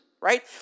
Right